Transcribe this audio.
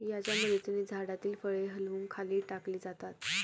याच्या मदतीने झाडातील फळे हलवून खाली टाकली जातात